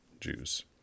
Jews